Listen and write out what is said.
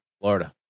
Florida